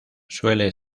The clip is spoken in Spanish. suele